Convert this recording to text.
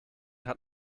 hat